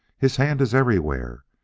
his hand is everywhere.